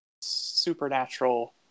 supernatural